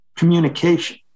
communication